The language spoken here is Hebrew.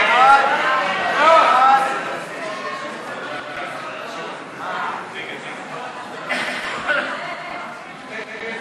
בחירות ומימון מפלגות, לשנת התקציב 2015, כהצעת